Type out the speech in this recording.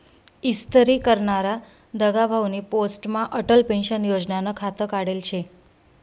इस्तरी करनारा दगाभाउनी पोस्टमा अटल पेंशन योजनानं खातं काढेल शे